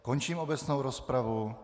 Končím obecnou rozpravu.